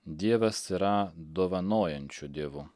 dievas yra dovanojančiu dievu